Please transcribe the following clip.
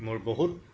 মোৰ বহুত